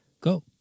go